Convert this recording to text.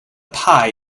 pie